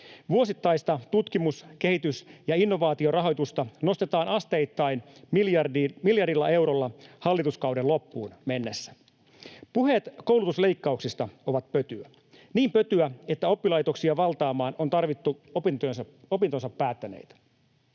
Vuosittaista tutkimus‑, kehitys‑ ja innovaatiorahoitusta nostetaan asteittain miljardilla eurolla hallituskauden loppuun mennessä. Puheet koulutusleikkauksista ovat pötyä, niin pötyä, että oppilaitoksia valtaamaan on tarvittu opintonsa päättäneitä.